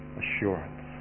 assurance